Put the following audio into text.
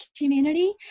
community